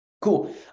cool